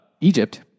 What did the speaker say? Egypt